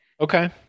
Okay